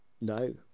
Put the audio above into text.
No